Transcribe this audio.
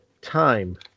time